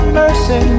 mercy